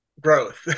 growth